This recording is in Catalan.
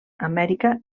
amèrica